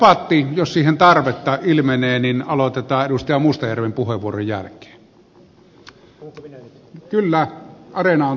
debatti jos siihen tarvetta ilmenee aloitetaan edustaja mustajärven puheenvuoron jälkeen